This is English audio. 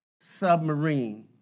submarine